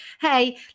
hey